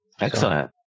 Excellent